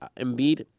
Embiid